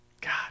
God